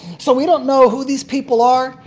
so we don't know who these people are.